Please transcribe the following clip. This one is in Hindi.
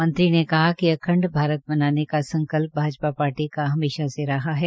मंत्री ने कहा कि अखण्ड भारत बनाने का संकल्प भाजपा पार्टी का हमेशा से रहा है